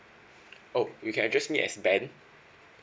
oh you can address me as ben